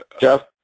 Jeff